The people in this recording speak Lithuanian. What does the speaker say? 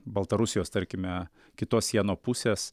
baltarusijos tarkime kitos sieno pusės